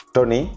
Tony